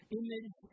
image